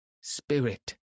Spirit